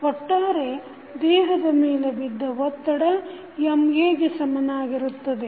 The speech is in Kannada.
ಒಟ್ಟಾರೆ ದೇಹದ ಮೇಲೆ ಬಿದ್ದ ಒತ್ತಡ Ma ಗೆ ಸಮನಾಗಿರುತ್ತದೆ